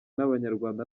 n’abanyarwanda